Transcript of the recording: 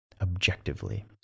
objectively